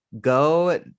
Go